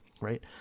right